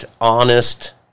honest